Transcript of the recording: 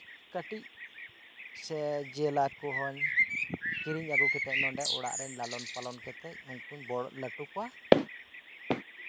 ᱠᱟᱹᱴᱤᱡ ᱥᱮ ᱡᱤᱭᱟᱹᱞᱟ ᱠᱚᱦᱚᱸᱧ ᱠᱤᱨᱤᱧ ᱟᱜᱩ ᱠᱟᱛᱮ ᱱᱚᱸᱰᱮ ᱚᱲᱟᱜ ᱨᱮᱧ ᱱᱩᱠᱩ ᱞᱟᱞᱚᱱᱼᱯᱟᱞᱚᱱ ᱠᱟᱛᱮᱫ ᱞᱟᱹᱴᱩ ᱠᱚᱣᱟ